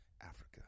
Africa